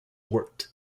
worked